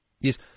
Yes